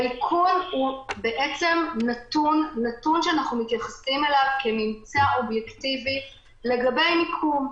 האיכון הוא נתון שאנחנו מתייחסים אליו כממצא אובייקטיבי לגבי מיקום,